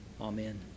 amen